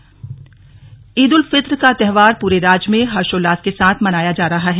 ईद देहरादून ईद उल फित्र का त्योहार पूरे राज्य में हर्षोल्लास के साथ मनाया जा रहा है